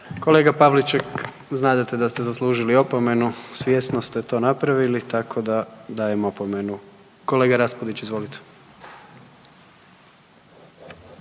Kolega Pavliček znadete da ste zaslužili opomenu, svjesno ste to napravili tako da dajem opomenu. Kolega Raspudić, izvolite.